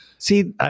See